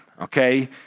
okay